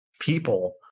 people